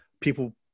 people